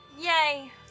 yay